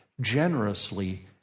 generously